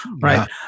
right